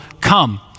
come